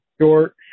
Short